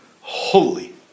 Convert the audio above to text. holy